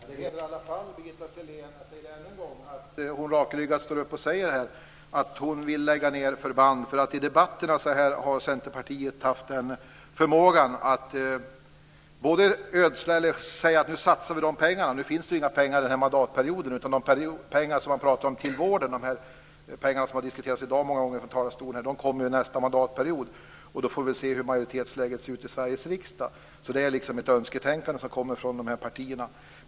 Fru talman! Det hedrar i varje fall Birgitta Sellén att hon här rakryggat står upp och säger att hon vill lägga ned förband. I debatterna har Centerpartiet haft förmågan att säga att man satsar de här pengarna. Nu finns det inga pengar den här mandatperioden. De pengar till vården som man talar om - de pengar som har nämnts många gånger i dag från talarstolen - kommer nästa mandatperiod. Då får vi se hur majoritetsläget ser ut i Sveriges riksdag. Det är ett önsketänkande som kommer från partierna.